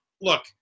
look